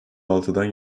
altıdan